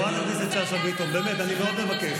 חברת הכנסת שאשא ביטון, באמת, אני מאוד מבקש.